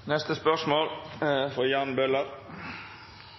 Jeg vil gjerne stille følgende spørsmål til